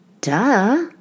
duh